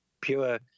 pure